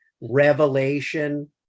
revelation